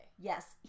yes